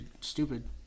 stupid